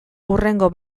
hurrengo